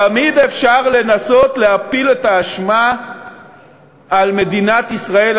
תמיד אפשר לנסות להפיל את האשמה על מדינת ישראל,